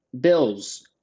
Bills